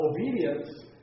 obedience